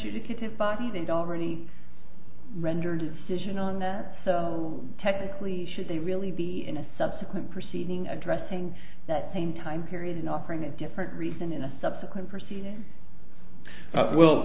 they'd already render decision on that so technically should they really be in a subsequent proceeding addressing that same time period and offering a different reason in a subsequent proceeding